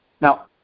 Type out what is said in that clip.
Now